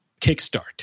kickstart